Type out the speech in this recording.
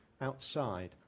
outside